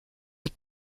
aux